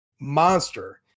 monster